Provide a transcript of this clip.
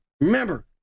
remember